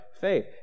faith